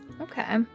Okay